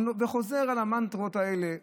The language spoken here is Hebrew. הוא חוזר על המנטרות האלה תמיד,